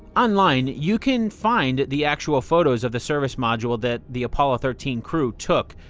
online, you can find the actual photos of the service module that the apollo thirteen crew took.